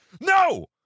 no